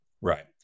Right